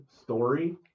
story